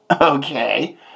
Okay